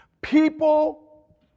People